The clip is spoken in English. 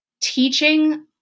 teaching